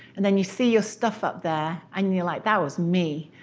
and then you see your stuff up there, and you're like that was me.